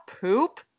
poop